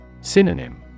Synonym